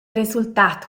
resultat